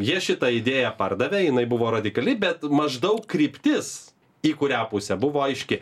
jie šitą idėją pardavė jinai buvo radikali bet maždaug kryptis į kurią pusę buvo aiški